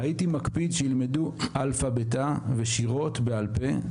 הייתי מקפיד שילמדו אלפא ביתא ושירות בעל פה,